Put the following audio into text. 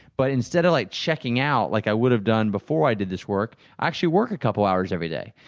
but instead of like checking out, like i would have done before i did this work, i actually work a couple of hours every day.